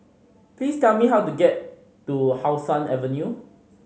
please tell me how to get to How Sun Avenue